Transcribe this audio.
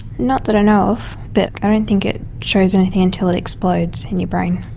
not that i know of, but i don't think it shows anything until it explodes in your brain.